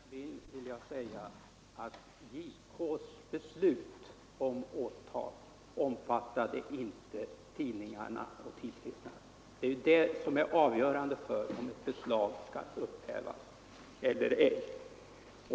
Fru talman! Till herr Molin vill jag säga att justitiekanslerns beslut om åtal inte omfattade tidningarna och tidskrifterna. Det är det som är avgörande för om ett beslag skall upphävas eller ej.